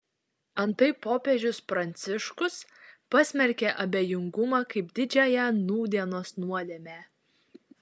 antai popiežius pranciškus pasmerkė abejingumą kaip didžiąją nūdienos nuodėmę